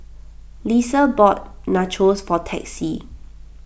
Lissa bought Nachos for Texie